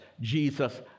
Jesus